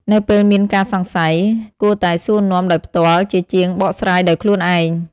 ការទុកចិត្តគ្នាទៅវិញទៅមកនឹងជួយកាត់បន្ថយការភ័យខ្លាច និងភាពមិនប្រាកដប្រជា ដែលអាចកើតឡើងដោយសារតែនៅឆ្ងាយពីគ្នា។